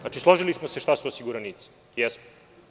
Znači, složili smo se šta su osiguranici, jesmo.